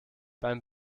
beim